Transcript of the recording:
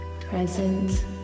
Present